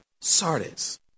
sardis